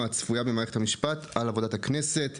הצפויה במערכת המשפט על עבודת הכנסת,